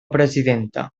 presidenta